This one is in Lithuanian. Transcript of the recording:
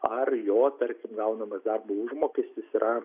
ar jo tarkim gaunamas darbo užmokestis yra